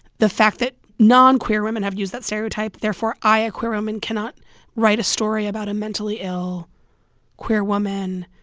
the fact that non-queer women have used that stereotype. therefore, i, a queer woman, cannot write a story about a mentally ill queer woman.